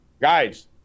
guys